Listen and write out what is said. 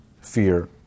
fear